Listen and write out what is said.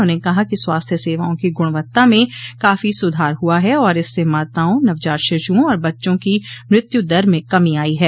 उन्होंने कहा कि स्वास्थ्य सेवाओं की गुणवत्ता में काफी सुधार हुआ है और इससे माताओं नवजात शिशुओं और बच्चों की मृत्यु दर में कमी आई है